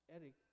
Eric